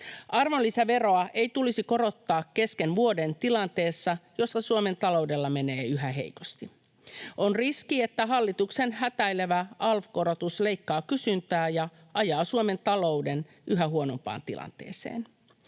Arvonlisäveroa ei tulisi korottaa kesken vuoden tilanteessa, jossa Suomen taloudella menee yhä heikosti. On riski, että hallituksen hätäilevä alv-korotus leikkaa kysyntää ja ajaa Suomen talouden yhä huonompaan tilanteeseen.